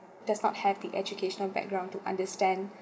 does not have the educational background to understand